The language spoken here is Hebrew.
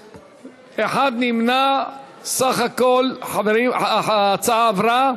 (תיקון, פיצוי לדוגמה בשל מעשה איבה),